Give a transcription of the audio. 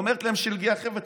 אומרת להם שלגייה: חבר'ה,